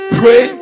pray